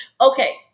Okay